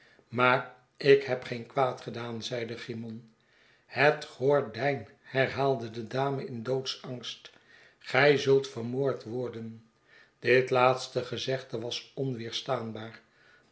maar ik heb geen kwaad gedaan zeide cymon het gordijn herhaalde de dame in doodsangst gij zult vermoord worden dit laatste gezegde was onweerstaanbaar